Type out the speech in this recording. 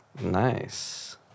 Nice